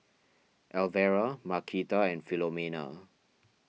Elvera Marquita and Philomena